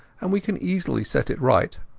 and we can easily set it right.